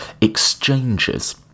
exchanges